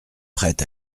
prêt